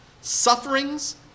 sufferings